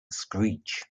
screech